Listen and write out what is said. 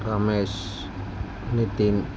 Ramesh Nitin